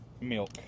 milk